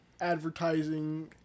advertising